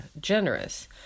generous